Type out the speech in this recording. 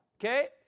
Okay